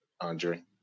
Andre